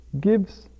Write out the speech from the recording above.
gives